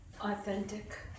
authentic